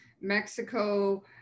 Mexico